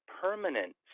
permanent